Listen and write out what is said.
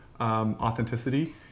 authenticity